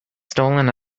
stolen